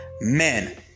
Men